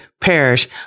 perish